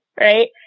right